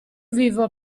vivo